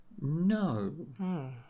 No